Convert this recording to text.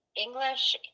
English